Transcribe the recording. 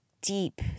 deep